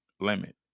limit